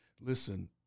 listen